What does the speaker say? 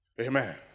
Amen